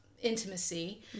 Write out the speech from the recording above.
intimacy